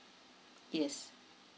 yes